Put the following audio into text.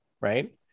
right